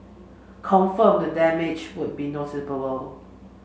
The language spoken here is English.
confirm the damage would be noticeable